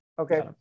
Okay